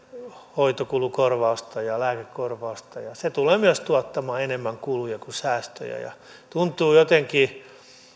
hoitokulukorvausta ja lääkekorvausta ja myös se tulee tuottamaan enemmän kuluja kuin säästöjä tuntuu jotenkin